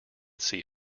see